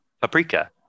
paprika